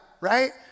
right